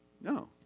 No